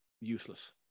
useless